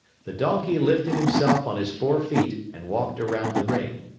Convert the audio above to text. the donkey lifted himself on his four feet and walked around the ring.